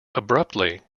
abruptly